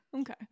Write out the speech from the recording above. okay